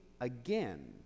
again